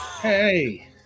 hey